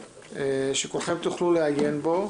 שכולכם תוכלו לעיין בו.